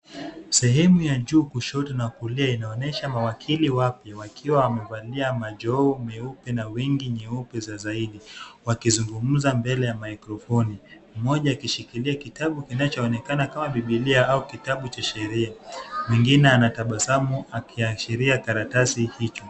Sehemu ya juu kushoto na kulia inaonyesha mawakili wapya, wakiwa wamevalia majoho meupe na wigi nyeupe za zaidi wakizungumza mbele ya mikrofoni, mmoja akishikilia kitabu kinachoonekana kama Bibilia au kitabu cha sheria. Mwingine anatabasamu akiashiria karatasi hicho.